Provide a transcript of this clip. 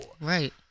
Right